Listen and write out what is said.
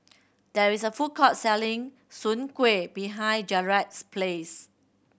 there is a food court selling Soon Kuih behind Jaret's Place